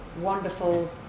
wonderful